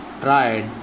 tried